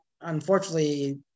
unfortunately